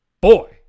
boy